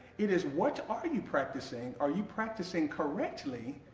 it is what are and you practicing? are you practicing correctly?